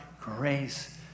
grace